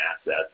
assets